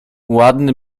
ładny